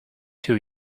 too